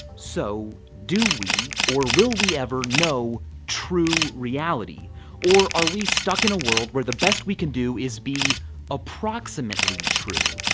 so, do we or will we ever know true reality or are we stuck in a world where the best we can do is be approximately true?